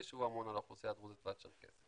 שהוא אמון על האוכלוסייה הדרוזית והצ'רקסית.